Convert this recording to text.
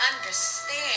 understand